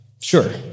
Sure